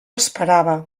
esperava